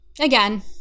again